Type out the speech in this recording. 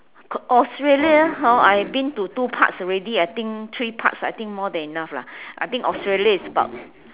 Australia know I been to two parts already I think three parts I think more than enough lah I think Australia is about